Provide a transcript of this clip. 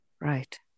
Right